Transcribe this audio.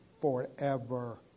forever